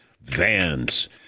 Vans